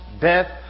death